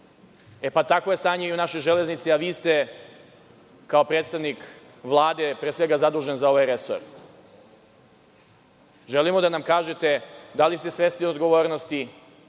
Takvo je stanje i u našoj železnici, a vi ste kao predstavnik Vlade pre svega zadužen za ovaj resor. Želimo da nam kažete da li ste svesni odgovornosti. Činjenica